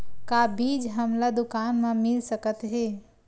का बीज हमला दुकान म मिल सकत हे?